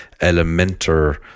Elementor